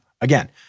again